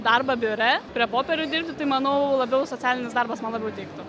darbą biure prie popierių dirbti tai manau labiau socialinis darbas man labiau tiktų